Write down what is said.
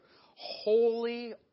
Holy